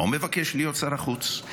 מה הוא מבקש להיות שר החוץ?